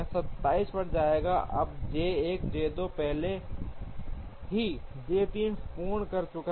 अब J 1 J 2 पहले ही J 3 पूर्ण कर चुका है